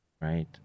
right